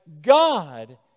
God